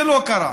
זה לא קרה.